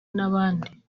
n’abandi